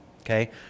okay